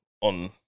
on